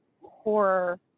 horror